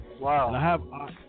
Wow